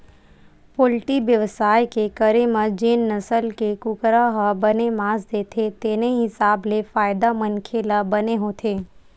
poultry बेवसाय के करे म जेन नसल के कुकरा ह बने मांस देथे तेने हिसाब ले फायदा मनसे ल बने होथे